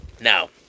Now